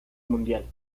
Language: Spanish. mundial